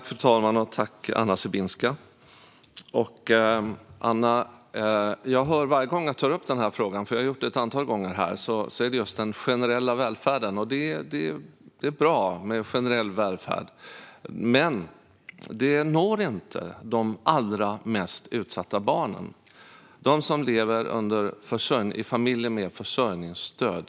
Fru talman! Varje gång jag tar upp denna fråga, vilket jag har gjort ett antal gånger här, talas det om den generella välfärden. Det är bra med generell välfärd, men den når inte de allra mest utsatta barnen: de som lever i familjer med försörjningsstöd.